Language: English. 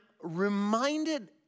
reminded